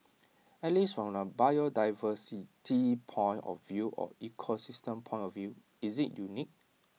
at least from A biodiversity point of view or ecosystem point of view is IT unique